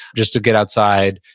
just to get outside,